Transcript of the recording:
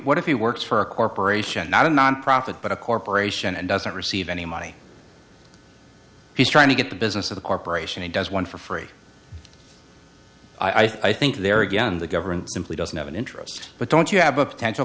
what if you work for a corporation not a nonprofit but a corporation and doesn't receive any money he's trying to get the business of the corporation he does one for free i think there again the government simply doesn't have an interest but don't you have a potential